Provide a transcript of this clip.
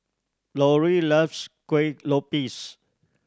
Loree loves Kueh Lopes